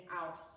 out